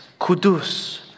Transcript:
kudus